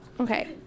okay